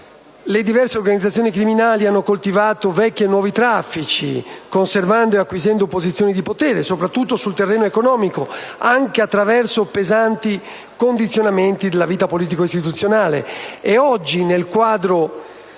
le diverse organizzazioni criminali hanno coltivato vecchi e nuovi traffici, conservando e acquisendo posizioni di potere, soprattutto sul terreno economico, anche attraverso pesanti condizionamenti nella vita politico-istituzionale.